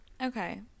Okay